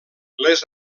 les